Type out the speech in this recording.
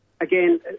again